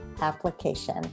application